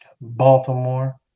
Baltimore